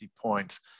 points